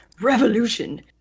Revolution